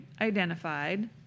identified